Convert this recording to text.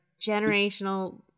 generational